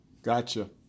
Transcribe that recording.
Gotcha